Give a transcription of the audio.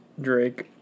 Drake